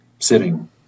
sitting